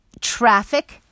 traffic